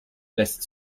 lässt